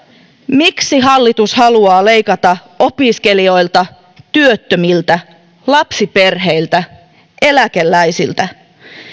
miksi hallitus haluaa leikata opiskelijoilta työttömiltä lapsiperheiltä ja eläkeläisiltä